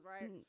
right